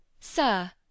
Sir